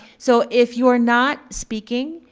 so if you're not speaking,